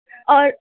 اور